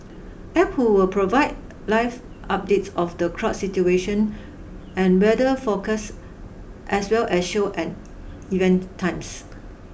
App will provide live updates of the crowd situation and weather forecast as well as show and event times